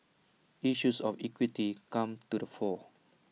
issues of equity come to the fore